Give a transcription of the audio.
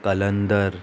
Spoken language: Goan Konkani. कलंदर